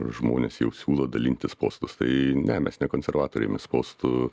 žmonės jau siūlo dalintis postus tai ne mes ne konservatoriai mes postų